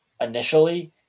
initially